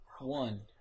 One